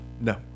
No